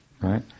right